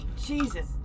Jesus